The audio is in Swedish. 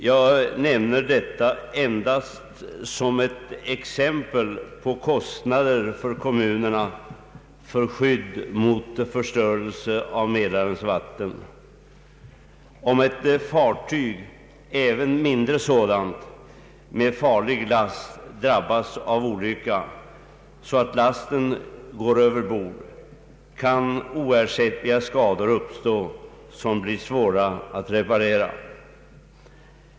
Jag nämner detta endast som ett exempel på kostnader för kommunerna för skydd mot förstörelse av Mälarens vatten. Om ett fartyg, även mindre sådant, med farlig last drabbas av en olyckshändelse så att lasten går över bord, kan oersättliga skador uppstå som det blir svårt att reparera.